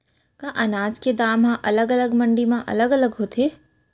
का अनाज के दाम हा अलग अलग मंडी म अलग अलग होथे?